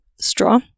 straw